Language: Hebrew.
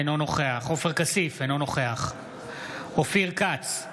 אינו נוכח עופר כסיף, אינו נוכח אופיר כץ,